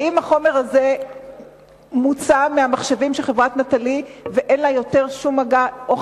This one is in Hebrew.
האם החומר הזה מוצא מהמחשבים של חברת "נטלי" ואין לה יותר שום מגע אתו?